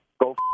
go